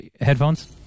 headphones